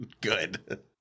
Good